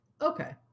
Okay